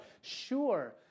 Sure